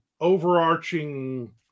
overarching